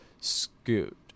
Scoot